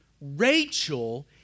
Rachel